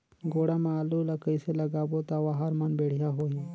गोडा मा आलू ला कइसे लगाबो ता ओहार मान बेडिया होही?